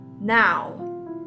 now